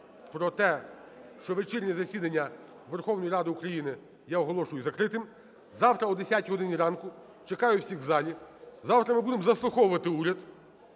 про те, що вечірнє засідання Верховної Ради України я оголошую закритим. Завтра о 10 години ранку чекаю всіх у залі. Завтра ми будемо заслуховувати уряд